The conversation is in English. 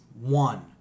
one